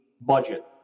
budget